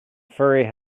furry